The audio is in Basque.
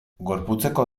gorputzeko